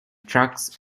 trucks